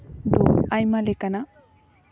ᱫᱚ ᱟᱭᱢᱟ ᱞᱮᱠᱟᱱᱟᱜ